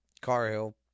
Carhill